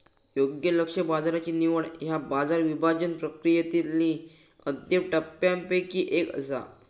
योग्य लक्ष्य बाजाराची निवड ह्या बाजार विभाजन प्रक्रियेतली अंतिम टप्प्यांपैकी एक असा